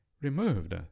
removed